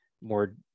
more